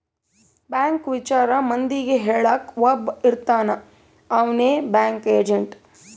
bank ವಿಚಾರ ಮಂದಿಗೆ ಹೇಳಕ್ ಒಬ್ಬ ಇರ್ತಾನ ಅವ್ನೆ ಬ್ಯಾಂಕ್ ಏಜೆಂಟ್